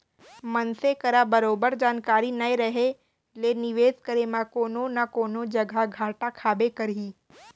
मनसे करा बरोबर जानकारी नइ रहें ले निवेस करे म कोनो न कोनो जघा घाटा खाबे करही